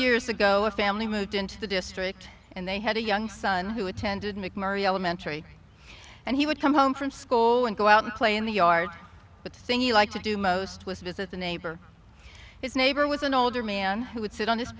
years ago a family moved into the district and they had a young son who attended mcmurry elementary and he would come home from school and go out and play in the yard but the thing you like to do most was visit the neighbor his neighbor was an older man who would sit on his